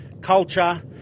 culture